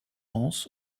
anse